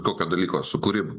tokio dalyko sukūrimo